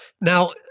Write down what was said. Now